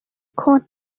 court